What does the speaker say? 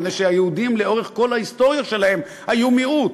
מפני שהיהודים לאורך כל ההיסטוריה שלהם היו מיעוט,